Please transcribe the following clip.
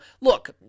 look